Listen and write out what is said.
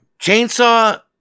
chainsaw